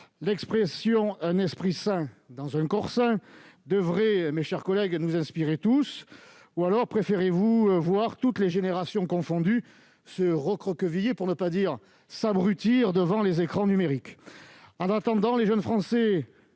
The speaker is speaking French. L'expression « un esprit sain dans un corps sain » devrait, mes chers collègues, nous inspirer tous. Mais peut-être préférez-vous voir toutes les générations confondues se recroqueviller, pour ne pas dire s'abrutir, devant les écrans numériques ?